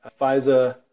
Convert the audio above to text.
FISA